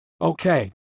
Okay